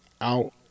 out